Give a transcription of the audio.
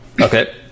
Okay